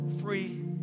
free